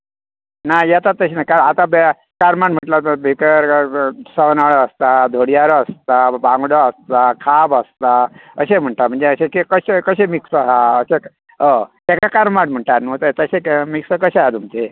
ना येता तशें ना काय आतां पळय हां करमाट म्हटले कांय भितर सवनाळो आसता धोडयारो आसता बांगडो आसता खाप आसता अशें म्हणटा म्हणजे अशें कशें कशें मिक्स आहा हय तेका करमाट म्हणटा न्हू अशें मिक्स कशे आसा तुमचे